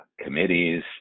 committees